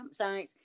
campsites